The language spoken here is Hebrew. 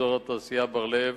אזור התעשייה בר-לב,